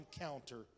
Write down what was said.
encounter